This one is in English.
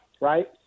right